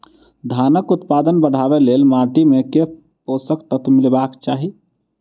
धानक उत्पादन बढ़ाबै लेल माटि मे केँ पोसक तत्व मिलेबाक चाहि?